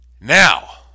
now